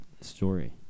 story